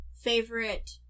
favorite